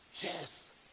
Yes